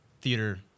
theater